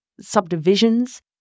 subdivisions